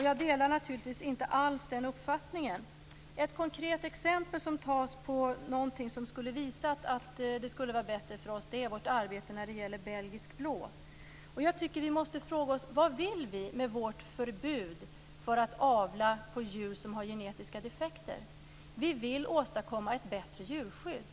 Jag delar naturligtvis inte alls den uppfattningen. Ett konkret exempel som tas på någonting som skulle visa att det skulle ha varit bättre för oss är vårt arbete när det gäller belgisk blå. Vi måste fråga oss vad vi vill med vårt förbud mot att avla på djur som har genetiska defekter. Vi vill åstadkomma ett bättre djurskydd.